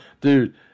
Dude